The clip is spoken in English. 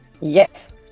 yes